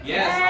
Yes